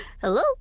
Hello